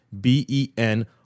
B-E-N